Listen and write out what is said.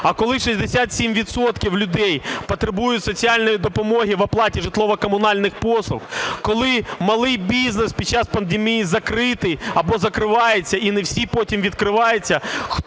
А коли 67 відсотків людей потребують соціальної допомоги в оплаті житлово-комунальних послуг, коли малий бізнес під час пандемії закритий або закривається, і не всі потім відкриваються,